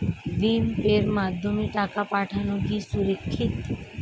ভিম পের মাধ্যমে টাকা পাঠানো কি সুরক্ষিত?